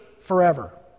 forever